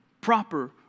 proper